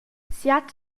siat